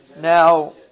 Now